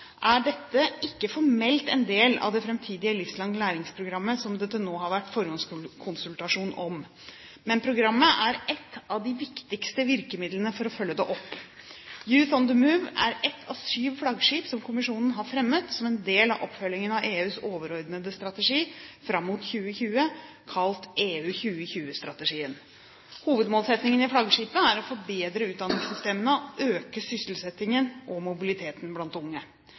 er dette ikke formelt en del av det framtidige programmet for livslang læring som det nå har vært en forhåndskonsultasjon om, men programmet er ett av de viktigste virkemidlene for å følge det opp. Youth on the Move er ett av syv flaggskip som kommisjonen har fremmet som en del av oppfølgingen av EUs overordnede strategi fram mot 2020, kalt EU 2020-strategien. Hovedmålsettingen i flaggskipet er å forbedre utdanningssystemene og øke sysselsettingen og mobiliteten blant unge.